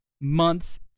months